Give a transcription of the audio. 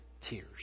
tears